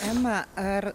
ema ar